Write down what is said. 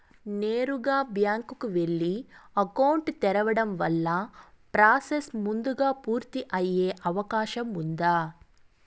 నేరుగా బ్యాంకు కు వెళ్లి అకౌంట్ తెరవడం వల్ల ప్రాసెస్ ముందుగా పూర్తి అయ్యే అవకాశం ఉందా?